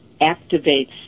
activates